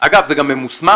אגב זה גם ממוסמך,